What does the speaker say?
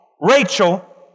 Rachel